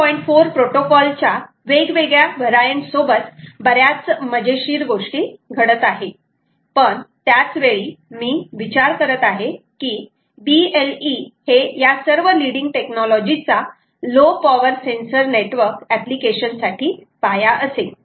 4 protocol च्या वेगवेगळ्या variant सोबत बऱ्याच मजेशीर गोष्टी घडत आहेत पण त्याच वेळी मी विचार करत आहे की BLE हे या सर्व लीडिंग टेक्नॉलॉजी चा low power sensor network application साठी पाया असेल